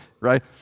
right